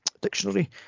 dictionary